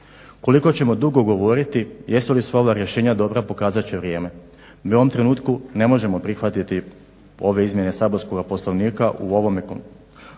Koliko ćemo dugo govoriti? Jesu li sva ova rješenja dobra pokazat će vrijeme. Mi u ovom trenutku ne možemo prihvatiti ove izmjene saborskog Poslovnika u ovome